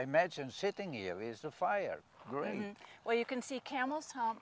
imagine sitting is a fire growing where you can see camel's hump